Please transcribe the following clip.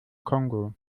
kongo